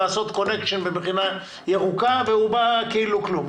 לעשות קונקשן במדינה ירוקה והוא בא כאילו כלום.